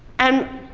and